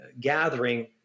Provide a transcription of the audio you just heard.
gathering